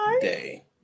day